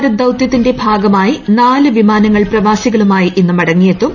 വന്ദേ ഭാരത് ദൌതൃത്തിന്റെ ഭാഗമായി നാല് വിമാനങ്ങൾ ന് പ്രവാസികളുമായി ഇന്ന് മടങ്ങിയെത്തും